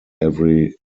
every